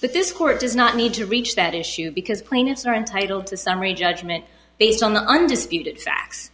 but this court does not need to reach that issue because plaintiffs are entitled to summary judgment based on the undisputed facts